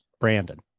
Brandon